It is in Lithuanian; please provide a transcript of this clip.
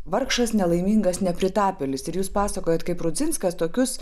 vargšas nelaimingas nepritapėlis ir jūs pasakojot kaip rudzinskas tokius